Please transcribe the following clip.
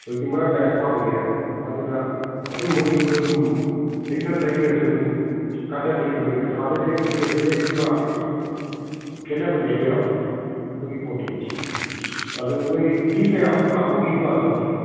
ꯍꯧꯖꯤꯛꯇꯤ ꯃꯔꯥꯡ ꯀꯥꯏꯅ ꯐꯪꯉꯦꯕ ꯑꯗꯨꯅ ꯑꯗꯨꯝꯕꯁꯤꯡꯗꯨ ꯑꯗꯨꯝ ꯁꯤꯒꯩ ꯈꯔ ꯂꯩꯈ꯭ꯔꯁꯨ ꯑꯗꯨꯝ ꯀꯥꯟꯅꯅꯦꯕ ꯅꯣꯏꯗ ꯑꯥꯗꯒꯤ ꯂꯩꯕꯗꯨꯒ ꯁꯤꯗꯒꯤ ꯂꯩꯕꯗꯨꯒ ꯑꯥꯗꯒꯤ ꯂꯩꯕꯗꯨꯒ ꯈꯦꯠꯅꯕꯅꯦꯕ ꯌꯥꯝꯅ ꯑꯗꯨꯒꯤ ꯄꯣꯠꯇꯨꯅꯤꯗ ꯑꯗꯨ ꯅꯣꯏ ꯃꯤ ꯀꯌꯥꯝꯃꯨꯛ ꯂꯥꯛꯄꯒꯤ ꯄ꯭ꯂꯥꯟ ꯇꯧꯔꯤꯕꯅꯣ